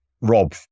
Rob